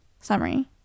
summary